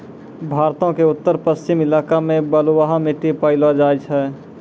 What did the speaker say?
भारतो के उत्तर पश्चिम इलाका मे बलुआ मट्टी पायलो जाय छै